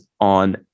on